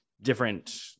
Different